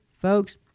folks